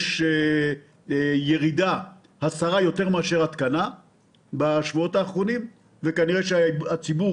יש בשבועות האחרונים יותר הסרה מהתקנה וכנראה שהציבור